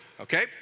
okay